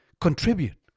contribute